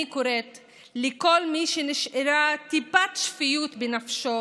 אני קוראת לכל מי שנשארה טיפת שפיות בנפשו